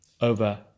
over